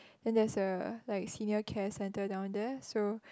then there's a like a senior care center down there so